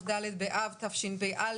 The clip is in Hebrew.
כ"ד באב תשפ"א,